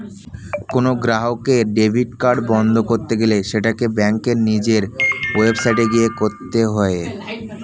কোনো গ্রাহকের debit card বন্ধ করতে গেলে সেটাকে ব্যাঙ্কের নিজের ওয়েবসাইটে গিয়ে করতে হয়ে